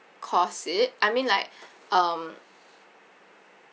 cause it I mean like um